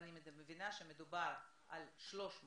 ואני מבינה שמדובר על 300 איש,